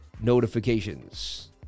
notifications